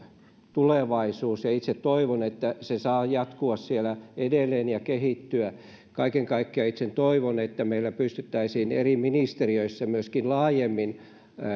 tulevaisuus ja itse toivon että se saa jatkua siellä edelleen ja kehittyä kaiken kaikkiaan itse toivon että meillä pystyttäisiin eri ministeriöissä myöskin laajemmin